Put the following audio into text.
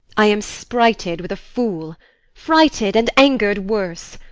i am sprited with a fool frighted, and ang'red worse.